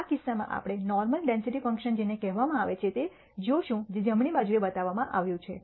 આ કિસ્સામાં આપણે નોર્મલ ડેન્સિટી ફંકશન જેને કહેવામાં આવે છે તે જોશું જે જમણી બાજુએ બતાવવામાં આવ્યું છે